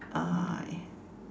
uh